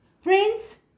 Friends